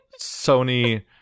Sony